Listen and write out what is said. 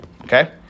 Okay